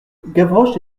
gavroche